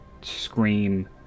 scream